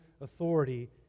authority